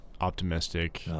optimistic